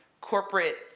corporate